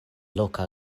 loka